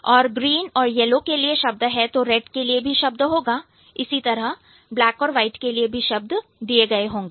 और अगर ग्रीन और यलो के लिए शब्द है तो फिर रेड के लिए भी शब्द होगा और इसी तरह ब्लैक और वाइट के लिए भी शब्द दिए गए होंगे